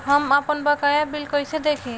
हम आपनबकाया बिल कइसे देखि?